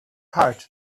heart